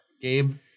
Gabe